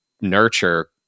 nurture